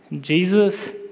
Jesus